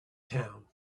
town